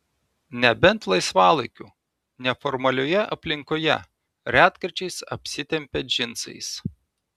nebent laisvalaikiu neformalioje aplinkoje retkarčiais apsitempia džinsais